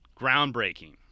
groundbreaking